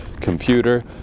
computer